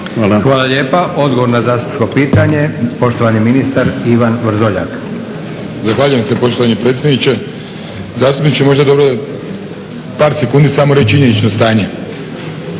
Hvala lijepa. Odgovor na zastupničko pitanje, poštovani ministar Ivan Vrdoljak. **Vrdoljak, Ivan (HNS)** Zahvaljujem se poštovani predsjedniče. Zastupniče možda je dobro u par sekundi samo reći činjenično stanje.